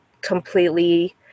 completely